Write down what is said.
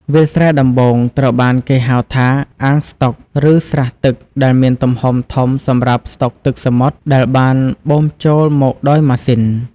វាលស្រែដំបូងត្រូវបានគេហៅថាអាងស្តុក ឬស្រះទឹកដែលមានទំហំធំសម្រាប់ស្តុកទឹកសមុទ្រដែលបានបូមចូលមកដោយម៉ាស៊ីន។